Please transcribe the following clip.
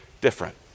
different